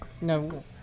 no